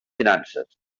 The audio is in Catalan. finances